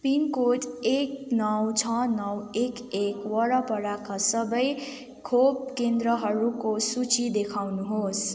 pin code एक नौ छः नौ एक एक वरपरका सबै खोप केन्द्रहरूको सूची देखाउनुहोस्